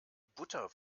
butter